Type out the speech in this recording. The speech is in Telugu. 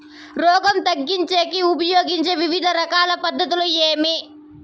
రోగం తగ్గించేకి ఉపయోగించే వివిధ రకాల పద్ధతులు ఏమి?